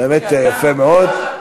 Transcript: באמת יפה מאוד.